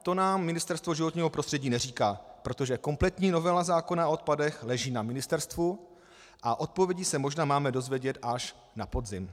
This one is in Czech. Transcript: To nám Ministerstvo životního prostředí neříká, protože kompletní novela zákona o odpadech leží na ministerstvu a odpovědi se možná máme dozvědět až na podzim.